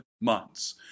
months